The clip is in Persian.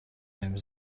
نمی